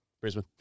Brisbane